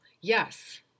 yes